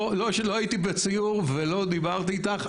לא הייתי בסיור ולא דיברתי איתך,